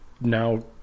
now